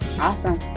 Awesome